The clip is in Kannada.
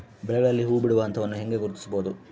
ಬೆಳೆಗಳಲ್ಲಿ ಹೂಬಿಡುವ ಹಂತವನ್ನು ಹೆಂಗ ಗುರ್ತಿಸಬೊದು?